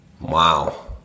Wow